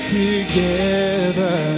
together